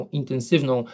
intensywną